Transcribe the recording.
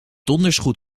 dondersgoed